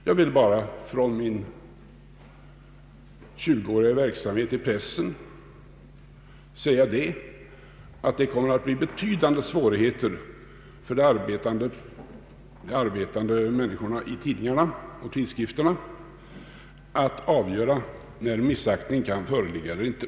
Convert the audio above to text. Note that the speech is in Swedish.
Jag vill bara, med utgångspunkt från min tjugoåriga verksamhet i pressen, säga att det kommer att uppstå betydande svårigheter för de människor som arbetar vid tidningar och tidskrifter att avgöra när ”missaktning” kan föreligga eller inte.